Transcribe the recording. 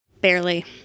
Barely